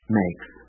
makes